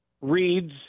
reads